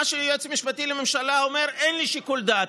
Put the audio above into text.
במה שהיועץ המשפטי לממשלה אומר אין לי שיקול דעת?